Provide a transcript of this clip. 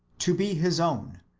to be his own,